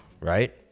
right